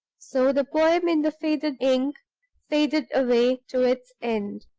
so the poem in the faded ink faded away to its end.